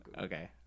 Okay